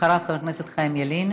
אחריו, חבר הכנסת חיים ילין.